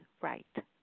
right